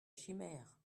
chimère